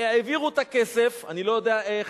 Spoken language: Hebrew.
העבירו את הכסף, אני לא יודע איך,